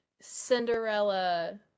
Cinderella